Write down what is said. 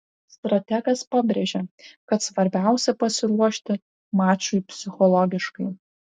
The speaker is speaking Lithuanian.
strategas pabrėžė kad svarbiausia pasiruošti mačui psichologiškai